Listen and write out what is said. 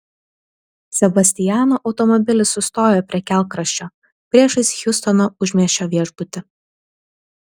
sebastiano automobilis sustojo prie kelkraščio priešais hjustono užmiesčio viešbutį